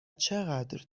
چقدر